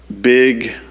big